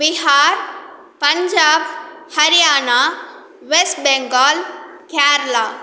Bihar Punjab Haryana West Bengal Kerala